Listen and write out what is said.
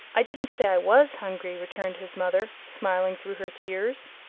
i didn't say i was hungry, returned his mother, smiling through her tears.